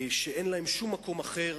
שאין להם שום מקום אחר,